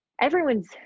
everyone's